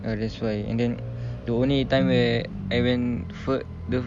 ya that's why and then the only time where I went further